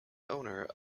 owner